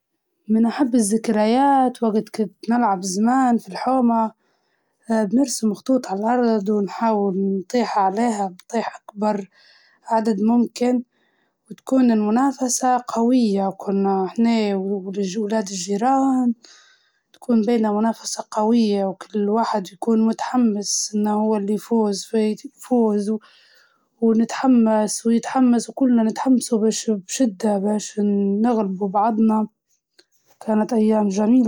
كنت نحب العرايس وايد خصوصا باربي، كنت ندير لها قصص و نلبسها ، وحتى كنت مخليها تسوج في داري، ونبني ليها في عالم كامل.